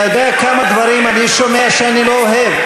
אתה יודע כמה דברים אני שומע שאני לא אוהב?